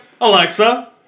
Alexa